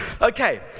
Okay